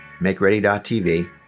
MakeReady.tv